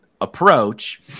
approach